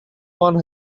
one